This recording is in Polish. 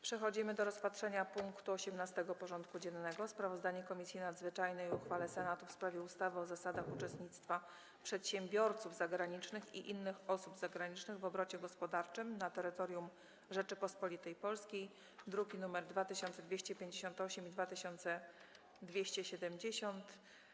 Przystępujemy do rozpatrzenia punktu 18. porządku dziennego: Sprawozdanie Komisji Nadzwyczajnej o uchwale Senatu w sprawie ustawy o zasadach uczestnictwa przedsiębiorców zagranicznych i innych osób zagranicznych w obrocie gospodarczym na terytorium Rzeczypospolitej Polskiej (druki nr 2258 i 2270)